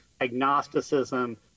agnosticism